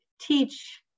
teach